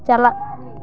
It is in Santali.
ᱪᱟᱞᱟᱜ